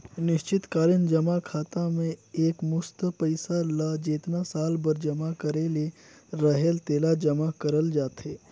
निस्चित कालीन जमा खाता में एकमुस्त पइसा ल जेतना साल बर जमा करे ले रहेल तेला जमा करल जाथे